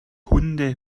hunde